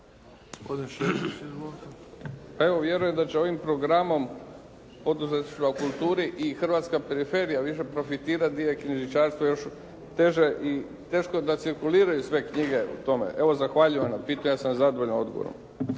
evo vjerujem da će ovim programom poduzetništva u kulturi i hrvatska periferija više profitirati gdi je knjižničarstvo još teže i teško da cirkuliraju sve knjige u tome. Evo, zahvaljujem na pitanju. Ja sam zadovoljan odgovorom.